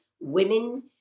women